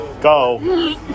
go